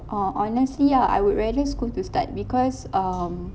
oh honestly ah I would rather school to start because um